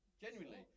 Genuinely